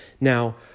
Now